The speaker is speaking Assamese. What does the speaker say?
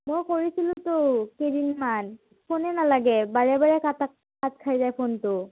মই কৰিছিলোঁতো কেইদিনমান ফোনে নালাগে বাৰে বাৰে কাটা কাট খাই যায় ফোনটো